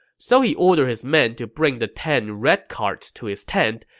so he ordered his men to bring the ten red carts to his tent,